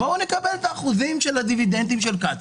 בואו נקבל את האחוזים של הדיבידנדים של קצא"א.